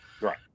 right